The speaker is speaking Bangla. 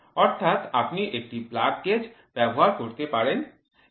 অর্থাৎ আপনি একটি প্লাগ গেজ ব্যবহার করতে পারেন একটি স্ন্যাপ গেজ ব্যবহার করতে পারেন